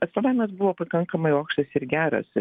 atstovavimas buvo pakankamai aukštas ir geras